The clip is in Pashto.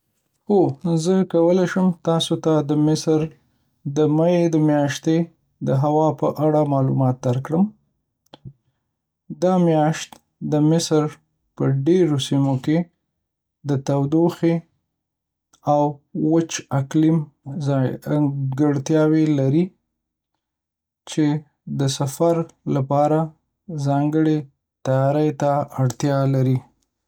هو، زه کولی شم تاسو ته د مصر د می د میاشتې د هوا په اړه معلومات درکړم. دا میاشت د مصر په ډېرو سیمو کې د تودوخې او وچ اقلیم ځانګړتیاوې لري، چې د سفر لپاره ځانګړې تیاري ته اړتیا لري.